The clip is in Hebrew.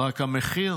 רק המחיר